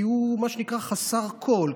כי הוא, מה שנקרא, חסר כול.